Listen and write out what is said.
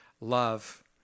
love